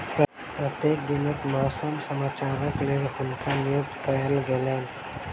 प्रत्येक दिनक मौसम समाचारक लेल हुनका नियुक्त कयल गेलैन